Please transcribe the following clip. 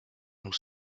nous